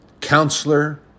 Counselor